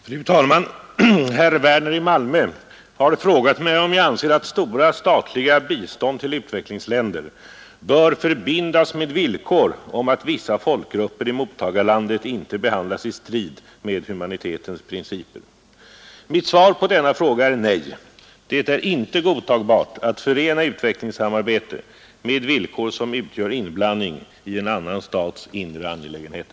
Fru talman! Herr Werner i Malmö har frågat mig om jag anser att stora statliga bistånd till utvecklingsländer bör förbindas med villkor om att vissa folkgrupper i mottagarlandet inte behandlas i strid med humanitetens principer. Mitt svar på denna fråga är nej. Det är inte godtagbart att förena utvecklingssamarbete med villkor som utgör inblandning i en annan stats inre angelägenheter.